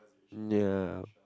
mm ya